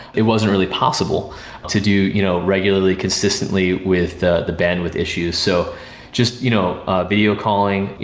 it wasn't really possible to do you know regularly, consistently with the the bandwidth issue so just you know video calling,